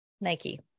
Nike